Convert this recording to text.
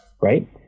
Right